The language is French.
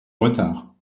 retard